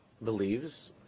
believes